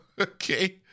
Okay